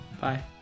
Bye